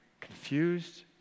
confused